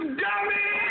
dummy